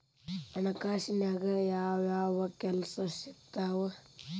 ಹಣಕಾಸಿನ್ಯಾಗ ಯಾವ್ಯಾವ್ ಕೆಲ್ಸ ಸಿಕ್ತಾವ